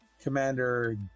Commander